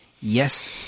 Yes